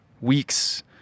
weeks